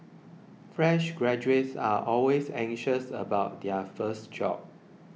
fresh graduates are always anxious about their first job